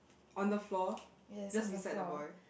on the floor just beside the boy